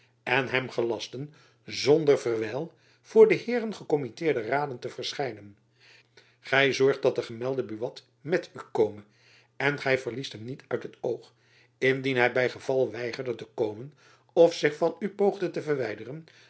en hem gelasten zonder verwijl voor heeren gekommitteerde raden te verschijnen gy zorgt dat gemelde buat met u kome en gy verliest hem niet uit het oog indien hy by geval weigerde te komen of zich van jacob van lennep elizabeth musch u poogde te verwijderen